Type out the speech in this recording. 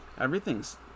Everything's